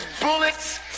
bullets